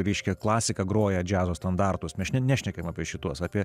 ryškia klasika groja džiazo standartus mažne nešnekame apie šituos apie